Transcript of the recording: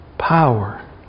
power